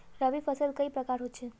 रवि फसल कई प्रकार होचे?